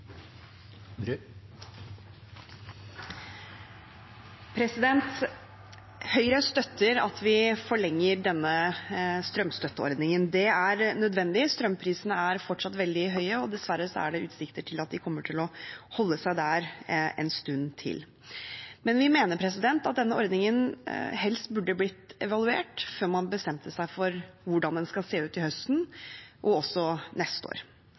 nødvendig. Strømprisene er fortsatt veldig høye, og dessverre er det utsikter til at de kommer til å holde seg der en stund til. Men vi mener at denne ordningen helst burde blitt evaluert før man bestemte seg for hvordan den skal se ut til høsten, og også neste år.